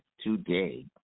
today